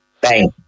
Bang